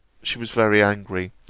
she was very angry,